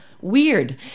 Weird